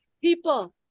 people